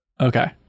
Okay